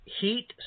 Heat